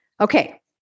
okay